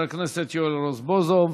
3703, 3902,